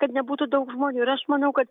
kad nebūtų daug žmonių ir aš manau kad